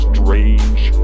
Strange